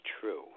true